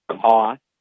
cost